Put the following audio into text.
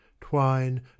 twine